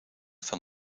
van